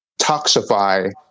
toxify